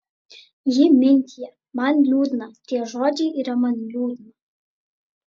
ji mintija man liūdna tie žodžiai yra man liūdna